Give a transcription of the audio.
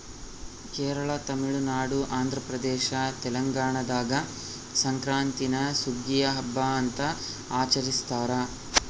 ಕೇರಳ ತಮಿಳುನಾಡು ಆಂಧ್ರಪ್ರದೇಶ ತೆಲಂಗಾಣದಾಗ ಸಂಕ್ರಾಂತೀನ ಸುಗ್ಗಿಯ ಹಬ್ಬ ಅಂತ ಆಚರಿಸ್ತಾರ